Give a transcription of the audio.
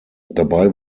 dabei